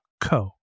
co